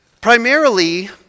Primarily